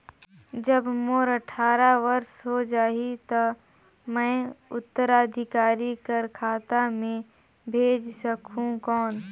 जब मोर अट्ठारह वर्ष हो जाहि ता मैं उत्तराधिकारी कर खाता मे भेज सकहुं कौन?